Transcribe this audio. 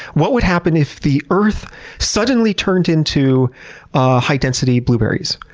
what would happen if the earth suddenly turned into high-density blueberries?